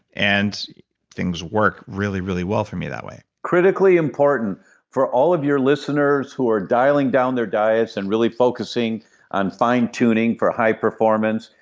and things work really, really well for me that way critically important for all of your listeners who are dialing down their diets and really focusing on fine tuning for high performance,